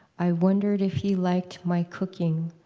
i wondered if he liked my cooking,